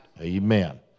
Amen